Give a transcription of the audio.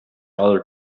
other